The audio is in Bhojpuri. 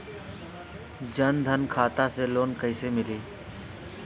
जन धन खाता से लोन कैसे मिली?